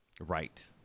Right